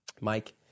Mike